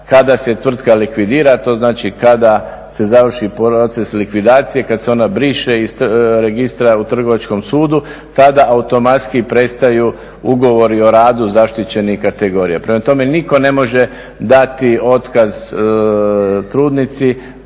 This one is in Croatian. kada se tvrtka likvidira, to znači kada se završi proces likvidacije, kada se ona briše iz registra u trgovačkom sudu tada automatski prestaju ugovori o radu zaštićenih kategorija. Prema tome nitko ne može dati otkaz trudnici,